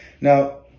Now